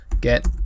get